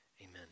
amen